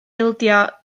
ildio